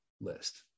list